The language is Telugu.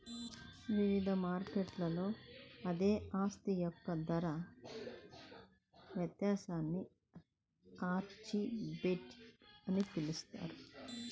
వివిధ మార్కెట్లలో అదే ఆస్తి యొక్క ధర వ్యత్యాసాన్ని ఆర్బిట్రేజ్ అని పిలుస్తారు